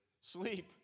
Sleep